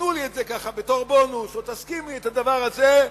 תסכים לדבר הזה,